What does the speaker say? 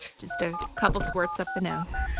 just a couple squirts up the nose.